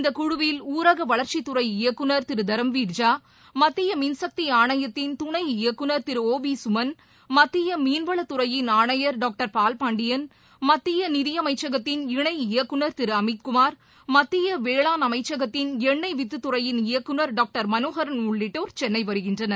இந்தக் குழுவில் ஊரக வளர்ச்சித் துறை இயக்குநர் திரு தரம்வீர் ஜா மத்திய மின்சக்தி ஆணையத்தின் துணை இயக்குநர் திரு ஓ பி சுமன் மத்திய மீன் வளத் துறையின் ஆணையர் டாக்டர் பால் பாண்டியன் மத்திய நிதியமைச்சகத்தின் இணை இயக்குநர் திரு அமித் குமார் மத்திய வேளாண் அமைச்சகத்திள் எண்ணெய் வித்து துறையின் இயக்குநர் டாக்டர் மனோகரன் உள்ளிட்டோர் சென்னை வருகின்றனர்